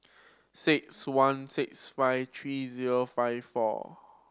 six one six five three zero five four